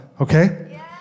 okay